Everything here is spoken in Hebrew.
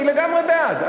אני לגמרי בעד.